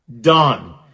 done